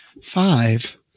Five